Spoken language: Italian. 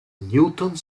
newton